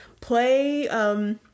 Play